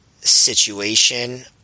situation